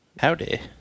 Howdy